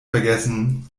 vergessen